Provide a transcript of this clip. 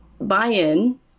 buy-in